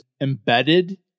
embedded